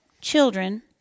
children